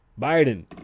Biden